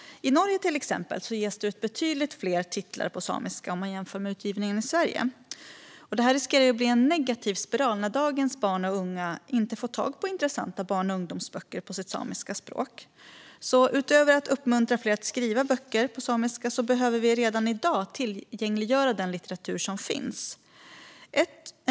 I Norge, till exempel, ges det ut betydligt fler titlar på samiska jämfört med utgivningen i Sverige. Det finns risk att det blir en negativ spiral om dagens barn och unga inte får tag på intressanta barn och ungdomsböcker på sitt samiska språk, så utöver att uppmuntra fler att skriva böcker på samiska behöver vi redan i dag tillgängliggöra den litteratur som finns.